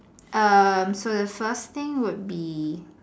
um so the first thing would be